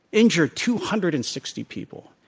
injured two hundred and sixty people.